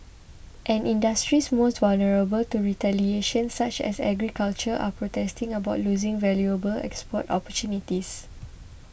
and industries most vulnerable to retaliation such as agriculture are protesting about losing valuable export opportunities